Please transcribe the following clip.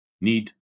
need